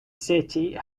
city